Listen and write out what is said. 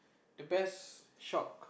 the best shock